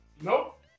Nope